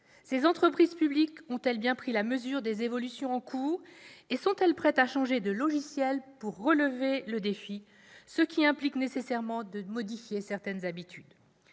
Ces entreprises publiques ont-elles bien pris la mesure des évolutions en cours et sont-elles prêtes à changer de logiciel pour relever le défi, ce qui implique nécessairement de modifier certaines habitudes ?